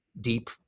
deep